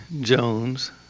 Jones